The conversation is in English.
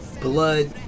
blood